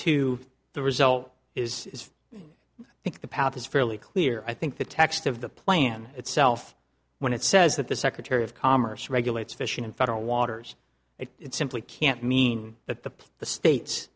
to the result is think the path is fairly clear i think the text of the plan itself when it says that the secretary of commerce regulates fishing in federal waters if it simply can't mean that the the states